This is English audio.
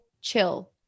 chill